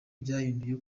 byahinduye